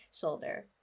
shoulder